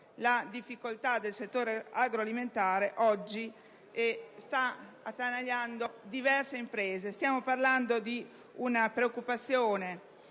la difficoltà del settore agroalimentare stia oggi attanagliando molte imprese. Stiamo parlando di una preoccupazione